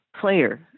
player